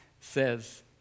says